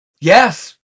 Yes